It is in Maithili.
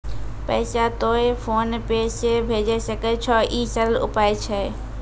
पैसा तोय फोन पे से भैजै सकै छौ? ई सरल उपाय छै?